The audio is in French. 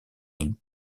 est